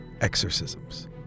exorcisms